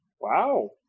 Wow